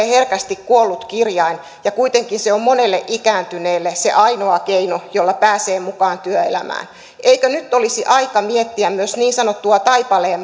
herkästi kuollut kirjain ja kuitenkin se on monelle ikääntyneelle se ainoa keino jolla pääsee mukaan työelämään eikö nyt olisi aika miettiä myös niin sanottua taipaleen